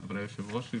אבל היושב ראש,